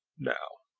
now,